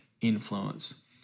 influence